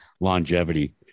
longevity